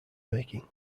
making